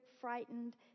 frightened